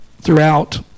throughout